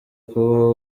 kubaho